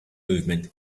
movement